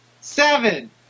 Seven